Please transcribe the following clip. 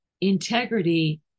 integrity